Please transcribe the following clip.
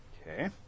Okay